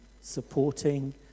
supporting